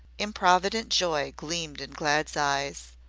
improvident joy gleamed in glad's eyes.